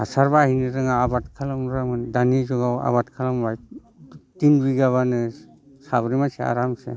हासार बाहायनो रोङा आबाद खालामनो रोङामोन दानि जुगाव आबाद खालामबाय थिन बिगाबानो साब्रै मानसिया आरामसे